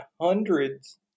hundreds